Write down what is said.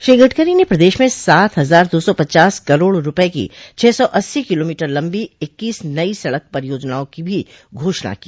श्री गडगरी ने प्रदेश में सात हजार दो सौ पचास करोड़ रूपये की छः सौ अस्सी किलोमीटर लम्बी इक्कीस नयी सड़क परियोजनाओं की भी घोषणा की